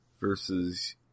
versus